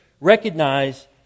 recognize